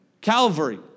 calvary